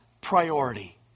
priority